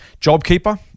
JobKeeper